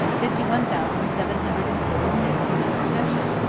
fifty one thousand seven hundred and forty six in nova scotia,